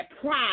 pride